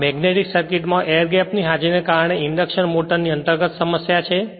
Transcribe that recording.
આ magnetic circuit માં air gap ની હાજરીને કારણે ઇન્ડક્શન મોટરની અંતર્ગત સમસ્યા છે